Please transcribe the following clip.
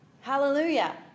Hallelujah